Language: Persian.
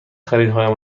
خریدهایم